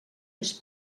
més